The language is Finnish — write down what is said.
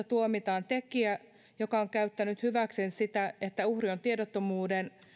tuomitaan tekijä joka on käyttänyt hyväkseen sitä että uhri on tiedottomuuden